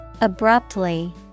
abruptly